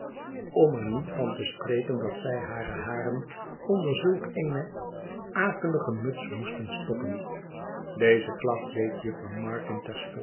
om er niet van te spreken dat zij hare haren onder zulk eene akelige muts moesten stoppen beze klacht deed jufvrouw